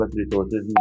resources